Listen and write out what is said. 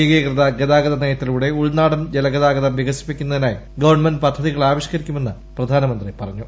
ഏകീകൃത ഗതാഗത നയത്തിലൂടെ ഉൾനാടൻ ജലഗതാഗതിച്ചു വികസിപ്പിക്കുന്നതിനായി ഗവൺമെന്റ് പദ്ധതികൾ ആവിഷ്ക്കരിക്കുമെന്ന് പ്രധാന്നമന്ത്രി പറഞ്ഞു